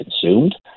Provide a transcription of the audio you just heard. consumed